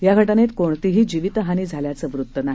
या घटनेत कोणतीही जीवीतहानी झाल्याचं वृत्त नाही